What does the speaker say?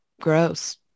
gross